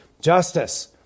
Justice